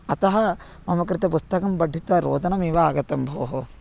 अतः मम कृते पुस्तकं पठित्वा रोदनमेव आगतं भोः